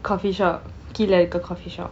coffee shop கீழே இருக்கிற:kilai irukkira coffee shop